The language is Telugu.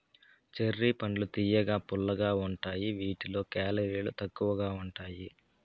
చెర్రీ పండ్లు తియ్యగా, పుల్లగా ఉంటాయి వీటిలో కేలరీలు తక్కువగా ఉంటాయి